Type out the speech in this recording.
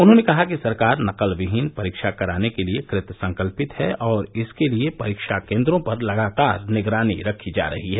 उन्होंने कहा कि सरकार नकलविहीन परीक्षा कराने के लिए कृतसंकल्पित है और इसके लिए परीक्षा केंद्रों पर लगातार निगरानी रखी जा रही है